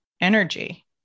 energy